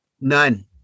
None